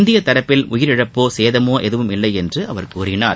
இந்திய தரப்பில் உயிரிழப்போ சேதமோ எதுவும் இல்லை என்று அவர் கூறினார்